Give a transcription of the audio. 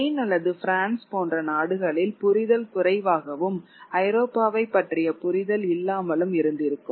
Spain அல்லது France போன்ற நாடுகளில் புரிதல் குறைவாகவும் ஐரோப்பாவைப் பற்றிய புரிதல் இல்லாமலும் இருந்திருக்கும்